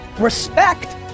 Respect